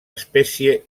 espècie